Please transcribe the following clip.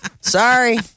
Sorry